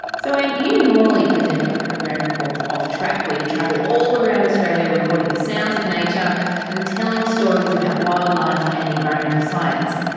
so ann, you normally present a program called off track where you travel all around australia recording the sounds of nature and telling stories about wildlife and environmental science.